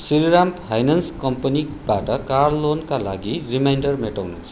Shriram finance कम्पनीबाट car लोनका लागि रिमाइन्डर मेटाउनुहोस्